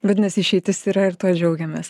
vadinasi išeitis yra ir tuo džiaugiamės